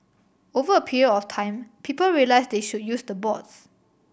over a period of time people realise they should use the boards